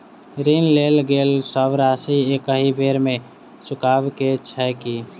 ऋण लेल गेल सब राशि एकहि बेर मे चुकाबऽ केँ छै की?